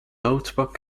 notebook